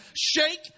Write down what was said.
Shake